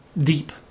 deep